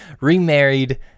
remarried